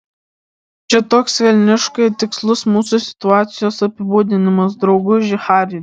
čia toks velniškai tikslus mūsų situacijos apibūdinimas drauguži hari